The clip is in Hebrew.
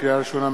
לקריאה ראשונה,